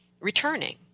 returning